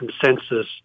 consensus